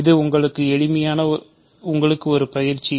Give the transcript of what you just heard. இது உங்களுக்கு ஒரு பயிற்சி